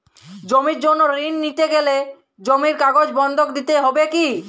জমির জন্য ঋন নিতে গেলে জমির কাগজ বন্ধক দিতে হবে কি?